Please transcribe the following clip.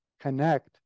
connect